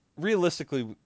realistically